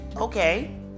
Okay